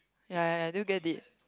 ya ya ya I do get it